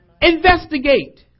investigate